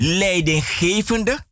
leidinggevende